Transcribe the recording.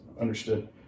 understood